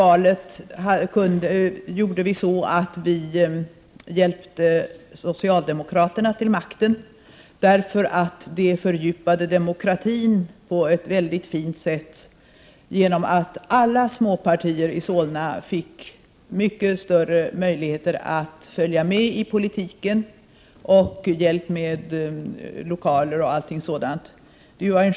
Efter förra valet hjälpte vi socialdemokraterna till makten, eftersom det fördjupade demokratin på ett fint sätt genom att alla småpartier i Solna fick mycket större möjligheter att följa medi politiken, hjälp med lokaler osv.